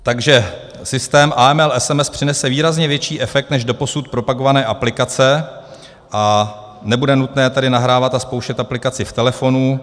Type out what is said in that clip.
Takže systém AML SMS přinese výrazně větší efekt než doposud propagované aplikace, a nebude nutné tedy nahrávat a zkoušet aplikaci v telefonu.